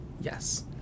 Yes